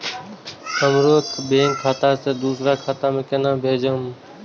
हमरो बैंक खाता से दुसरा खाता में केना भेजम?